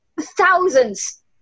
thousands